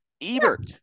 Ebert